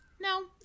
no